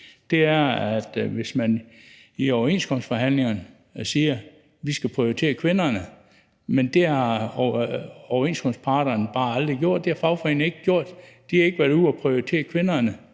noget, hvis man i overenskomstforhandlingerne siger, at kvinderne skal prioriteres, men det har overenskomstparterne bare aldrig gjort, det har fagforeningerne ikke gjort, for de har ikke været ude at prioritere kvinderne